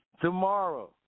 Tomorrow